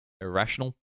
Irrational